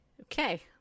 Okay